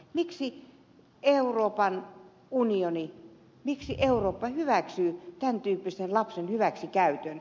miksi euroopan unioni miksi eurooppa hyväksyy tämän tyyppisen lapsen hyväksikäytön